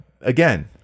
again